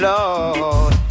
Lord